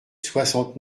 soixante